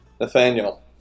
Nathaniel